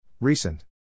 recent